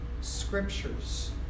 scriptures